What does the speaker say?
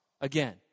again